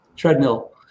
Treadmill